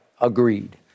Agreed